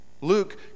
Luke